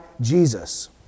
Jesus